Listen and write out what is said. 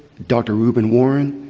dr. reuben warren,